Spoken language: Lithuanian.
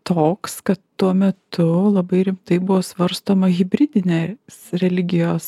toks kad tuo metu labai rimtai buvo svarstoma hibridinė religijos